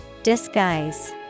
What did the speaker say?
Disguise